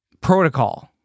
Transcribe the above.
protocol